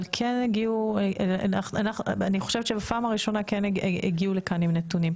אבל אני חושבת שבפעם הראשונה כן הגיעו לכאן עם נתונים,